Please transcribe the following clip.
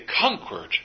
conquered